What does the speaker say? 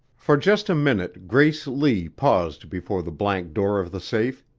for just a minute grace lee paused before the blank door of the safe,